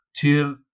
Till